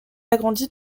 agrandie